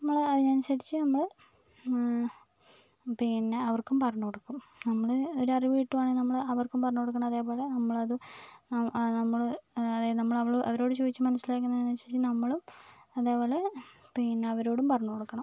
നമ്മൾ അതിനനുസരിച്ച് നമ്മൾ പിന്നെ അവർക്കും പറഞ്ഞു കൊടുക്കും നമ്മൾ ഒരറിവ് കിട്ടുവാണെങ്കിൽ നമ്മൾ അവർക്കും പറഞ്ഞു കൊടുക്കണം അതേപോലെ നമ്മൾ അത് നം നമ്മൾ അതായത് നമ്മൾ അവരോട് ചോദിച്ചു മനസിലാക്കുന്നു എന്ന് വെച്ചിട്ടുണ്ടെങ്കിൽ നമ്മളും അതേപോലെ പിന്നെ അവരോടും പറഞ്ഞു കൊടുക്കണം